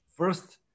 First